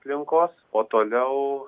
plinkos o toliau